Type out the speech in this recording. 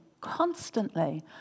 constantly